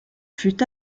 fut